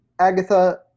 Agatha